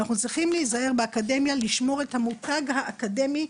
אנחנו צריכים להיזהר באקדמיה לשמור את המותג האקדמי,